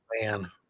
man